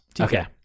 Okay